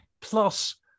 plus